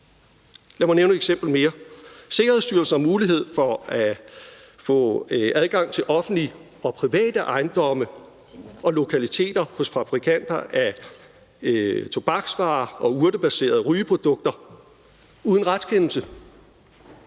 Lad mig nævne et eksempel mere: Sikkerhedsstyrelsen har mulighed for at få adgang til offentlige og private ejendomme og lokaliteter hos fabrikanter af tobaksvarer og urtebaserede rygeprodukter uden retskendelse.